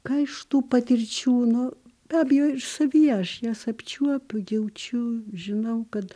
ką iš tų patirčių nu be abejo ir savyje aš jas apčiuopiu jaučiu žinau kad